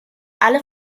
alle